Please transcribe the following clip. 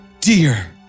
Dear